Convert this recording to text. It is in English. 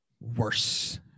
worse